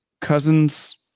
Cousins